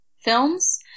Films